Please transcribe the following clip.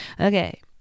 okay